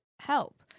help